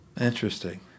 Interesting